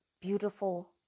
beautiful